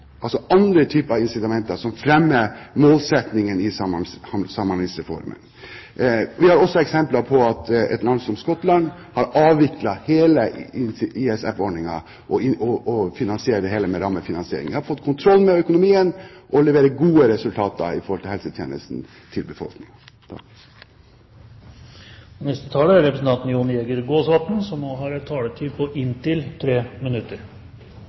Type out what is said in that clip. altså andre typer incitamenter som fremmer målsettingen i Samhandlingsreformen. Vi har også eksempler på at et land som Skottland har avviklet hele ISF-ordningen og finansierer det hele med rammefinansiering. De har fått kontroll med økonomien, og leverer gode resultater når det gjelder helsetjenester til befolkningen. Det var saksordførerens siste innlegg som fikk meg til å ta ordet en gang til. Jeg lot det passere da Senterpartiets representant hadde ordet i stad. Jeg er sjeleglad, som